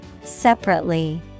SEPARATELY